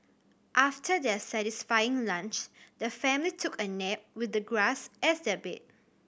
after their satisfying lunch the family took a nap with the grass as their bed